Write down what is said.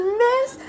miss